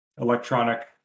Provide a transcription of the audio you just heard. electronic